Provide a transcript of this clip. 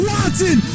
Watson